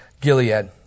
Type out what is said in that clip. Gilead